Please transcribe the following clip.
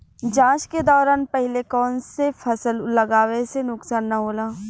जाँच के दौरान पहिले कौन से फसल लगावे से नुकसान न होला?